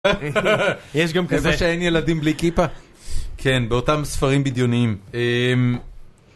יש גם כזה שאין ילדים בלי כיפה. כן, באותם ספרים בדיוניים